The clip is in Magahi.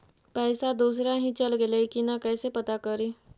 पैसा दुसरा ही चल गेलै की न कैसे पता करि?